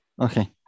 Okay